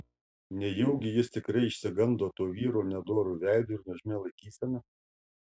nejaugi jis tikrai išsigando to vyro nedoru veidu ir nuožmia laikysena